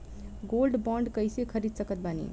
Gold bond कईसे खरीद सकत बानी?